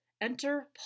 Enter